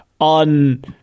on